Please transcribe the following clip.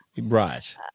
Right